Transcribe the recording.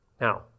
Now